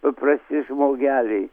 paprasti žmogeliai